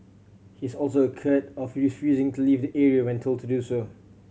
he is also accused of refusing to leave the area when told to do so